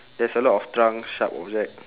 there's a lot of trunk sharp over there